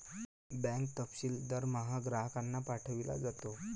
bank तपशील दरमहा ग्राहकांना पाठविला जातो